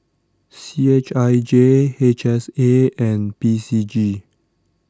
C H I J H S A and P C G